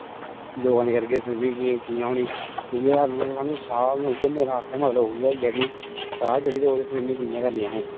योगा निं करगे ते स्विमिंग कि'यां होनी ओह् साह् उ'ऐ मेरा आक्खने दा मतलब इ'यै होई जा कि साह् चढ़ी दा होग ते स्विमिंग कि'यां करनी असें